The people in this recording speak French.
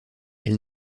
elle